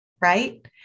right